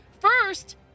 First